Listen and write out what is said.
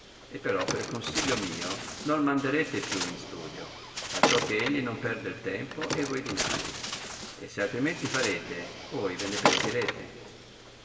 e però per consiglio mio no manderete più in studio a ciò che egli non perda il tempo e voi i dinari e se altrimenti farete voi ve ne pentirete